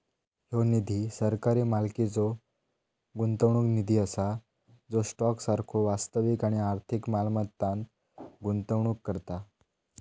ह्यो निधी सरकारी मालकीचो गुंतवणूक निधी असा जो स्टॉक सारखो वास्तविक आणि आर्थिक मालमत्तांत गुंतवणूक करता